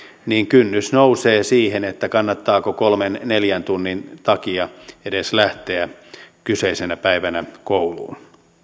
niin kynnys nousee siihen kannattaako kolmen neljän tunnin takia edes lähteä kyseisenä päivänä kouluun